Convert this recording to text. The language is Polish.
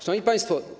Szanowni Państwo!